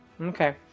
Okay